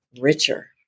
richer